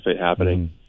happening